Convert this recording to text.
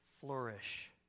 Flourish